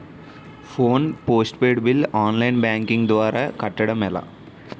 Phone postpaid bill online banking ద్వారా కట్టడం ఎలా?